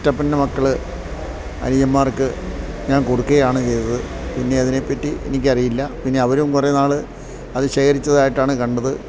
ചിറ്റപ്പൻ്റെ മക്കള് അനിയന്മാർക്ക് ഞാൻ കൊടുക്കുകയാണ് ചെയ്തത് പിന്നെ അതിനെപ്പറ്റി എനിക്കറിയില്ല പിന്നെ അവരും കുറേ നാള് അത് ശേഖരിച്ചതായിട്ടാണു കണ്ടത്